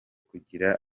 kugira